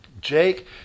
Jake